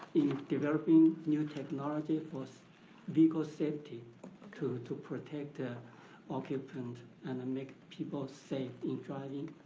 in developing new technology for so vehicle safety to to protect ah occupant and and make people safe in driving.